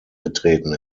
getreten